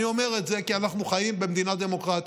אני אומר את זה כי אנחנו חיים במדינה דמוקרטית.